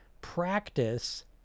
practice